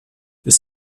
ist